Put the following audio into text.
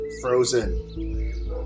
frozen